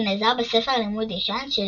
ונעזר בספר לימוד ישן של